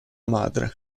madre